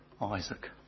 Isaac